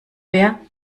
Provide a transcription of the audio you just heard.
wer